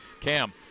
Cam